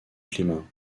climat